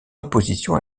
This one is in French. opposition